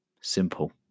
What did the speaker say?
Simple